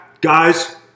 guys